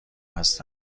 هستم